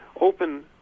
open